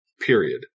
period